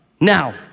Now